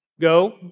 Go